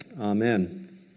Amen